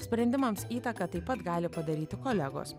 sprendimams įtaką taip pat gali padaryti kolegos